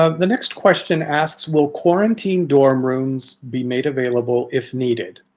ah the next question asks will quarantine dorm rooms be made available if needed?